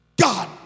God